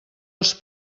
els